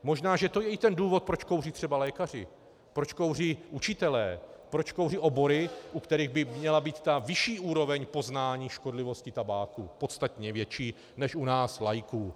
Možná že to je i ten důvod, proč kouří třeba lékaři, proč kouří učitelé, proč kouří obory, u kterých by měla být vyšší úroveň poznání škodlivosti tabáku, podstatně větší než u nás laiků.